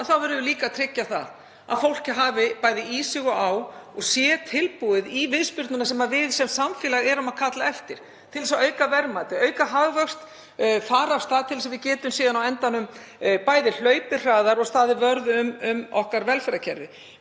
verðum við líka að tryggja að fólk hafi bæði í sig og á og sé tilbúið í viðspyrnuna sem við sem samfélag köllum eftir til að auka verðmæti, auka hagvöxt, fara af stað til að við getum síðan á endanum bæði hlaupið hraðar og staðið vörð um okkar velferðarkerfi.